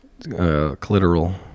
clitoral